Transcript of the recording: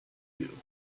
you